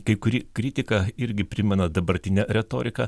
kai kuri kritika irgi primena dabartinę retoriką